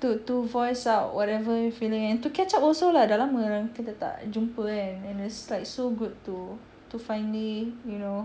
to to voice out whatever you feeling and to catch up also lah dah lama kita tak jumpa kan and and it's like so good to to finally you know